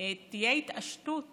תהיה התעשתות